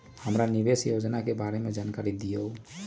हमरा निवेस योजना के बारे में जानकारी दीउ?